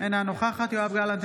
אינה נוכח יואב גלנט,